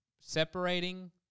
separating